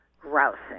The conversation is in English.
grousing